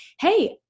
hey